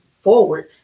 forward